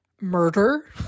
Murder